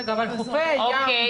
אוקיי.